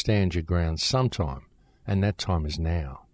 stand your ground sometimes and that time is now